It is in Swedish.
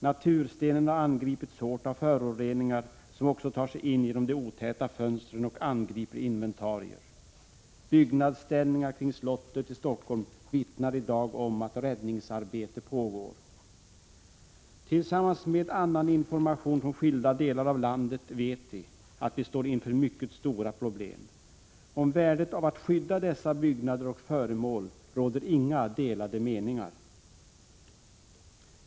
Naturstenen angrips hårt av föroreningar, som också tar sig in genom de otäta fönstren och angriper inventarier. Byggnadsställningar kring slottet i Stockholm vittnar i dag om att räddningsarbete pågår. Tillsammans med annan information från skilda delar av landet vet vi att vi står inför mycket stora problem. Om värdet av att skydda dessa byggnader och föremål råder inga delade meningar.